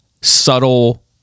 subtle